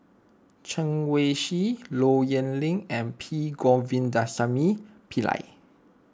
Chen Wen Hsi Low Yen Ling and P Govindasamy Pillai